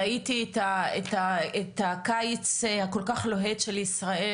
ראיתי את הקיץ הכל כך לוהט של ישראל,